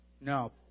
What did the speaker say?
No